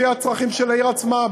לפי הצרכים של העיר עצמה.